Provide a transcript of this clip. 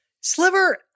Sliver